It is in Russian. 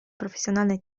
профессионально